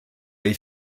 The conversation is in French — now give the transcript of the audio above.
les